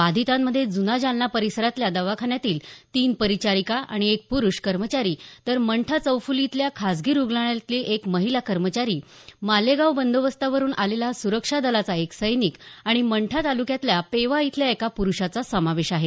बाधितांमध्ये जूना जालना परिसरातल्या दवाखान्यातील तीन परिचारिका एक प्रुष कर्मचारी तर मंठा चौफ़ली इथल्या खासगी रुग्णालयातली एक महिला कर्मचारी मालेगाव बंदोबस्तावरुन आलेला सुरक्षा दलाचा एक सैनिक आणि मंठा तालुक्यातला पेवा इथल्या एका प्रुषाचा समावेश आहे